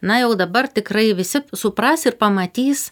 na jau dabar tikrai visi supras ir pamatys